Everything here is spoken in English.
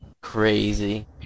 Crazy